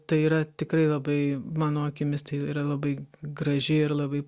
tai yra tikrai labai mano akimis tai yra labai graži ir labai